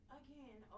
again